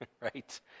right